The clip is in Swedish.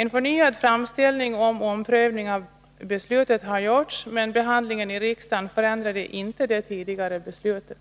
En förnyad framställning om omprövning av beslutet har gjorts, men behandlingen i riksdagen förändrade inte det tidigare beslutet.